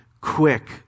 quick